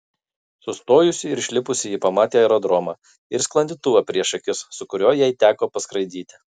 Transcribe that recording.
sustojusi ir išlipusi ji pamatė aerodromą ir sklandytuvą prieš akis su kuriuo jai teko paskraidyti